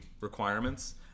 requirements